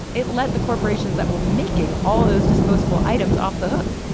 it let the corporations that were making all those disposable items off the hook.